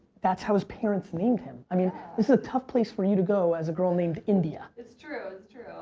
that's how his parents named him. i mean, this is a tough place for you to go as a girl named india. it's true, it's true.